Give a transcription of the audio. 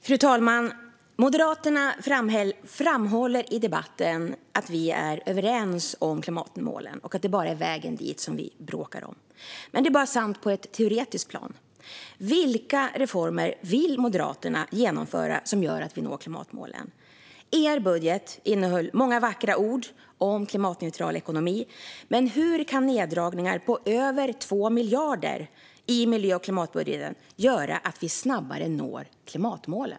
Fru talman! Moderaterna framhåller i debatten att vi är överens om klimatmålen och att det bara är vägen dit vi bråkar om. Det är dock bara sant på ett teoretiskt plan. Vilka reformer som gör att vi når klimatmålen vill Moderaterna genomföra? Er budget innehöll många vackra ord om klimatneutral ekonomi, Jessica Rosencrantz, men hur kan neddragningar med över 2 miljarder i miljö och klimatbudgeten göra att vi snabbare når klimatmålen?